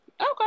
Okay